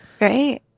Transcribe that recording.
right